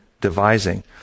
devising